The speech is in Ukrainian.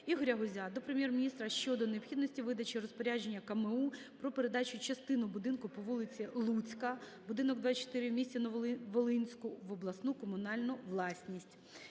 Ігоря Гузя до Прем'єр-міністра щодо необхідності видачі розпорядження КМУ про передачу частини будинку по вулиці Луцька, будинок 24 у місті Нововолинську в обласну комунальну власність.